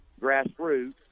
grassroots